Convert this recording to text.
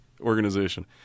organization